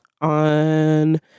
on